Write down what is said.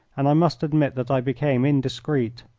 and i must admit that i became indiscreet.